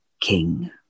king